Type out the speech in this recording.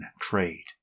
trade